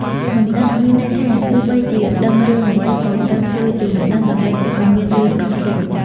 «មិនដឹង» មានន័យថា ទោះបីជាដឹងរឿងអ្វី ក៏ត្រូវធ្វើជាមិនដឹង ដើម្បីកុំឱ្យមានរឿងដល់ខ្លួន។